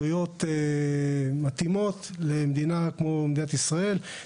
שמתאימות למדינה כמו ישראל,